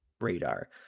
radar